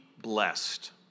blessed